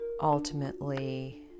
ultimately